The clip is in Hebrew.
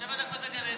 שבע דקות בגן עדן.